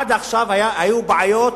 עד עכשיו היו בעיות,